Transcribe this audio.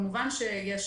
כמובן שיש